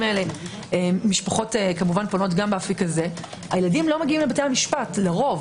האלה משפחות פונות גם באפיק הזה הילדים לא מגיעים לבתי המשפט לרוב.